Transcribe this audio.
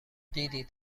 دیدید